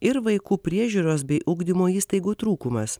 ir vaikų priežiūros bei ugdymo įstaigų trūkumas